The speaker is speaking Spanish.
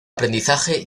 aprendizaje